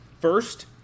First